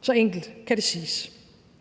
Så enkelt kan det siges.